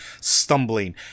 stumbling